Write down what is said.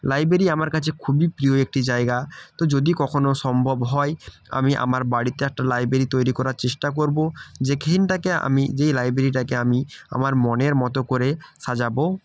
library আমার খুবই প্রিয় একটি জায়গা তো যদি কখনো সম্ভব হয় আমি আমার বাড়িতে একটা লাইব্রেরি তৈরি করার চেষ্টা করবো যেখানটাকে আমি যে লাইব্রেরিটাকে আমি আমার মনের মতো করে সাজাবো